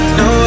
no